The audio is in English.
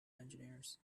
engineers